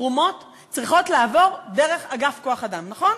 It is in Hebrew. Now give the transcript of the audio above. תרומות צריכות לעבור דרך אגף כוח-אדם, נכון?